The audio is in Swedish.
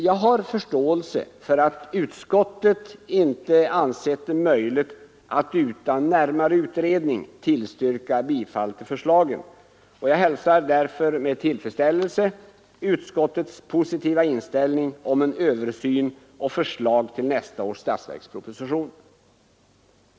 Jag har förståelse för att utskottet inte ansett det möjligt att utan närmare utredning tillstyrka bifall till förslagen, och jag hälsar därför med tillfredsställelse utskottets positiva inställning till översyn och förslag till nästa års statsverksproposition.